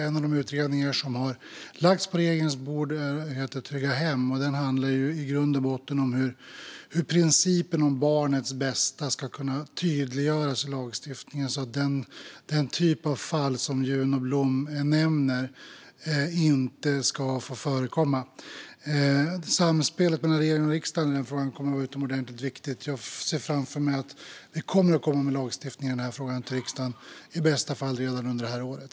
En av de utredningar som har lagts på regeringens bord heter Trygga re hem för barn , och den handlar i grund och botten om hur principen om barnets bästa ska kunna tydliggöras i lagstiftningen så att den typ av fall som Juno Blom här tar upp inte ska få förekomma. Samspelet mellan regering och riksdag i den frågan kommer att vara utomordentligt viktigt. Jag ser framför mig att vi kommer att komma med lagstiftningsförslag till riksdagen i den här frågan, i bästa fall redan under det här året.